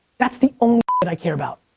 that's the only that i care about.